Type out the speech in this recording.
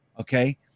Okay